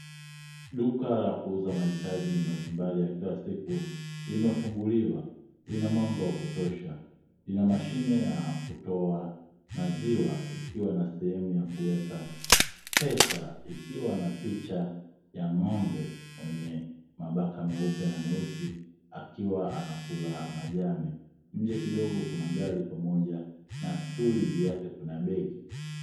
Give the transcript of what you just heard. Duka la kuuza mahitaji mbalimbali ya kila siku limefunguliwa. Lina mwanga wa kutosha, lina mashine ya kutoa maziwa ikiwa na sehemu ya kuweka pesa, ikiwa na picha ya n'gombe mwenye mabaka meupe na meusi akiwa anakula majani. Nje kidogo kuna gari pamoja na stuli juu yake kuna begi.